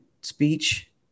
speech